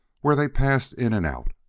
where they passed in and out.